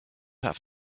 have